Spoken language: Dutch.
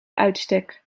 uitstek